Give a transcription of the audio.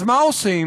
אז מה עושים?